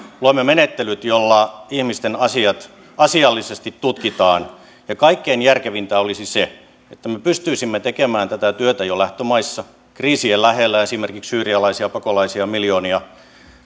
luomme menettelyt joilla ihmisten asiat asiallisesti tutkitaan ja kaikkein järkevintä olisi se että me pystyisimme tekemään tätä työtä jo lähtömaissa kriisien lähellä esimerkiksi syyrialaisia pakolaisia on miljoonia